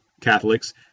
Catholics